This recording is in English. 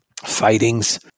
fightings